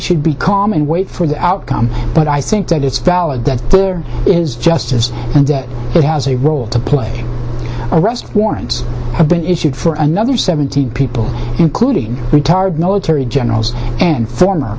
should be calm and wait for the outcome but i think that it's valid that there is justice and that it has a role to play arrest warrants have been issued for another seventeen people including retired military generals and former